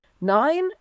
Nine